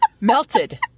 melted